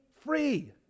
free